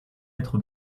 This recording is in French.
être